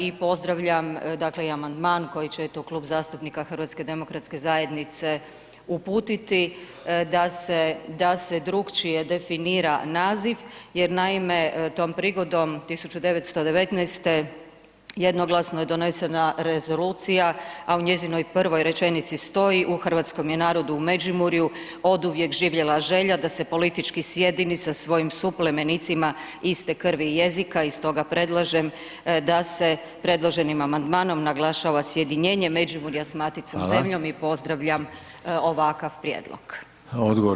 I pozdravljam dakle i amandman koji će eto Klub zastupnika HDZ-a uputiti da se drukčije definira naziv jer naime tom prigodom 1919. jednoglasno je donesena Rezolucija a u njezinoj prvoj rečenici stoji, u hrvatskom je narodu u Međimurju oduvijek živjela želja da se politički sjedi sa svojim suplemnicima iste krvi i jezika i stoga predlažem da se predloženim amandmanom naglašava sjedinjenje Međimurja sa maticom zemljom i pozdravljam ovakav prijedlog.